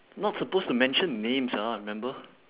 not supposed to mention names ah remember